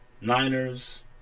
Niners